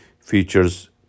features